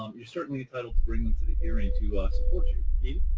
um you're certainly entitled to bring them to the hearing to ah support you. edie?